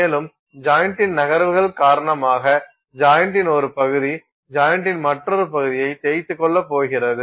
மேலும் ஜாயிண்ட்டின் நகர்வுகள் காரணமாக ஜாயின்டின் ஒரு பகுதி ஜாயின்டின் மற்றொரு பகுதியைத் தேய்த்துக் கொள்ளப் போகிறது